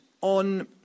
on